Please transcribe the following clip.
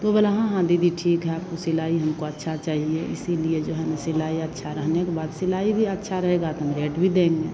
तो बोला हाँ हाँ दीदी ठीक है आपको सिलाई हमको अच्छी चाहिए इसीलिए जो है ना सिलाई अच्छी रहने के बाद सिलाई भी अच्छी रहेगी तो हम रेट भी देंगे